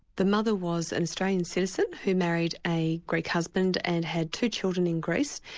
the mother was an australian citizen who married a greek husband and had two children in greece.